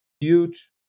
huge